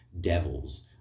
devils